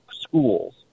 schools